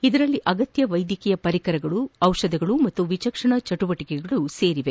ಇದರಲ್ಲಿ ಅಗತ್ಯ ವೈದ್ಯಕೀಯ ಪರಿಕರಗಳು ದಿಪಧಗಳು ಮತ್ತು ವಿಚಕ್ಷಣಾ ಚಟುವಟಿಕೆಗಳು ಸೇರಿವೆ